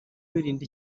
wirinda